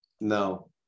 no